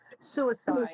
suicide